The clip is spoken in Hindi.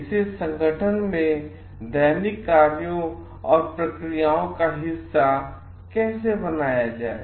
इसे संगठन में दैनिक कार्यों और प्रक्रियाओं का हिस्सा कैसे बनाया जाए